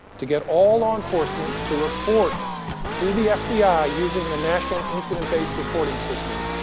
to get all law enforcement to report to the fbi using the national incident based reporting system,